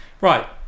right